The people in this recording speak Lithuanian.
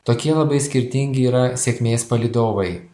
tokie labai skirtingi yra sėkmės palydovai